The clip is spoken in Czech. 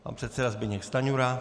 Pan předseda Zbyněk Stanjura.